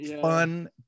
fun